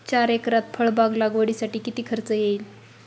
चार एकरात फळबाग लागवडीसाठी किती खर्च येईल?